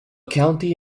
county